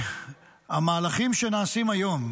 שהמהלכים שנעשים היום,